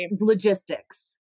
logistics